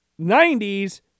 90s